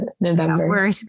November